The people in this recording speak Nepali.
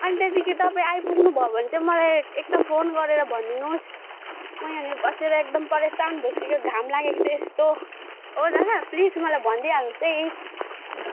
अनि त्यहाँदेखि तपाईँ आइपुग्नु भयो भने चाहिँ मलाई एकताल फोन गरेर भनिदिनुहोस् म यहाँनिर बसेर एकदम परेसान भइसक्यो घाम लागेको छ यस्तो हो दादा प्लिज मलाई भनिदिइहाल्नुहोस् है